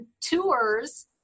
tours